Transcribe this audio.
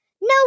No